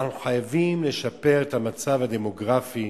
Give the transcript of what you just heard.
אנחנו חייבים לשפר את המצב הדמוגרפי,